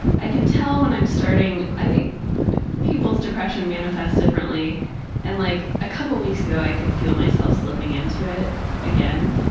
i can tell when i'm starting i think people's depression manifests differently and like a couple weeks ago i could feel myself slipping into it again.